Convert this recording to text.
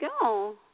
go